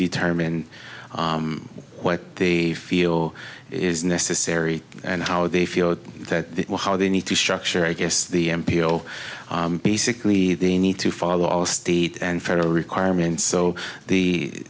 determine what they feel is necessary and how they feel that how they need to structure i guess the m p o basically they need to follow all state and federal requirements so the